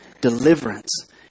deliverance